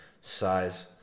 size